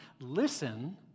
Listen